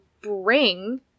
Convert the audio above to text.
bring